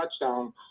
touchdown